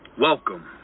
Welcome